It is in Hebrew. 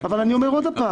אבל אני אומר שוב,